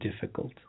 difficult